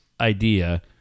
idea